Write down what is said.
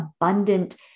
abundant